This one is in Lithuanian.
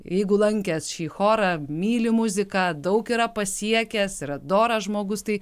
jeigu lankęs šį chorą myli muziką daug yra pasiekęs yra doras žmogus tai